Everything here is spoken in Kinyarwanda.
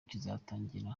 kizatangira